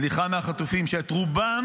סליחה מהחטופים, שאת רובם